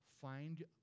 find